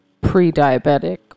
pre-diabetic